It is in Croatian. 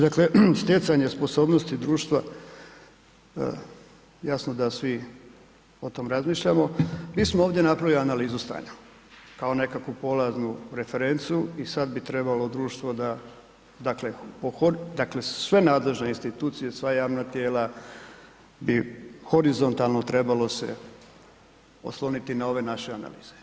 Dakle stjecanje sposobnosti društva, jasno da svi o tom razmišljamo, mi smo ovdje napravili analizu stanja kao nekakvu polaznu referencu i sad bi trebalo društvo da, dakle sve nadležne institucije, sva javna tijela, bi horizontalno trebalo se osloniti na ove naše analize.